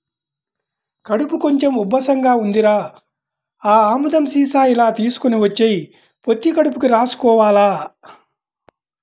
కడుపు కొంచెం ఉబ్బసంగా ఉందిరా, ఆ ఆముదం సీసా ఇలా తీసుకొని వచ్చెయ్, పొత్తి కడుపుకి రాసుకోవాల